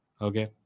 Okay